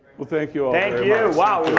well, thank you all yeah